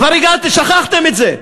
כבר שכחתם את זה.